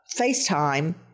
FaceTime